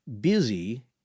Busy